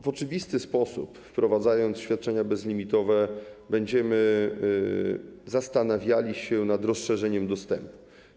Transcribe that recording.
W oczywisty sposób, wprowadzając świadczenia bezlimitowe, będziemy zastanawiali się nad rozszerzeniem dostępu.